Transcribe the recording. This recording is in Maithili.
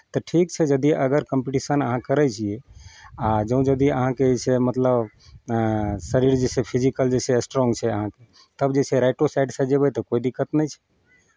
तऽ ठीक छै यदि अगर कम्पीटिशन अहाँ करै छियै आ जँऽ यदि अहाँके जे छै मतलब शरीर जे छै फिजिकल जे छै स्ट्रॉंग छै अहाँके तब जे छै राइटो साइडसँ जेबै तऽ कोइ दिक्कत नहि छै